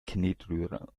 knetrührer